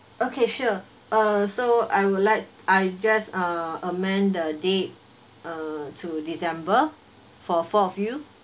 okay sure uh so I would like I just uh amend the date uh to december for four of you